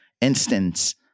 instance